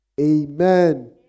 Amen